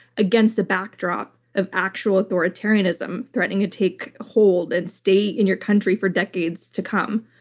against the backdrop of actual authoritarianism threatening to take hold and stay in your country for decades to come.